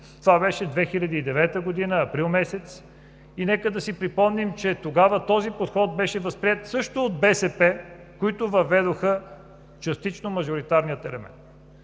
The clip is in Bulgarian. това беше 2009 г., месец април. Нека да си припомним, че тогава този подход беше възприет също от БСП, които въведоха частично мажоритарния елемент.